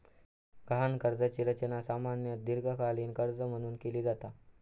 गहाण कर्जाची रचना सामान्यतः दीर्घकालीन कर्जा म्हणून केली जाता